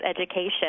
education